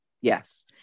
Yes